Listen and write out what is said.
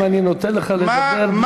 בינתיים אני נותן לך לדבר בלי להפסיק.